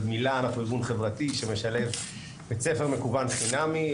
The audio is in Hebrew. אנחנו ארגון חברתי שמשלב בית ספר מקוון חינמי.